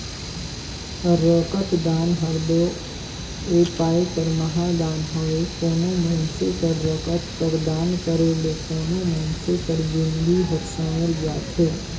रकतदान हर दो ए पाए कर महादान हवे कोनो मइनसे कर रकत कर दान करे ले कोनो मइनसे कर जिनगी हर संवेर जाथे